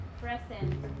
present